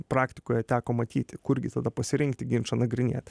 praktikoje teko matyti kur gi tada pasirinkti ginčą nagrinėti